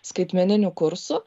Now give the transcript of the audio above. skaitmeninių kursų